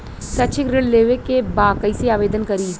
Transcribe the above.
शैक्षिक ऋण लेवे के बा कईसे आवेदन करी?